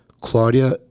Claudia